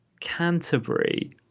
Canterbury